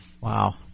Wow